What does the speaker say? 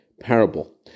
parable